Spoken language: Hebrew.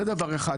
זה דבר אחד.